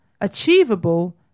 Achievable